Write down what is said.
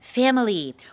Family